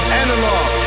analog